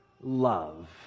love